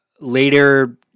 later